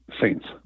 saints